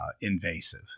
invasive